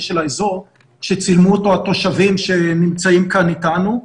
של האזור שצילמו אותו התושבים שנמצאים כאן איתנו,